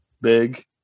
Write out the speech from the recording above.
big